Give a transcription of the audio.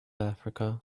africa